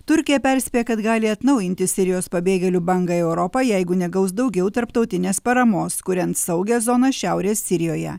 turkija perspėja kad gali atnaujinti sirijos pabėgėlių bangą į europą jeigu negaus daugiau tarptautinės paramos kuriant saugią zoną šiaurės sirijoje